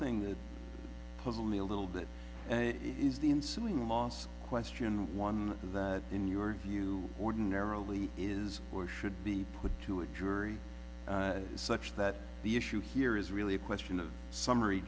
thing that puzzled me a little bit is the ensuing moss question one that in your view ordinarily is or should be put to a jury such that the issue here is really a question of summary